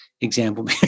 example